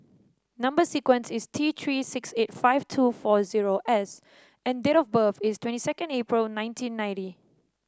number sequence is T Three six eight five two four zero S and date of birth is twenty second April nineteen ninety